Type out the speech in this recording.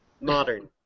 Modern